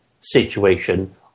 situation